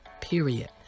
period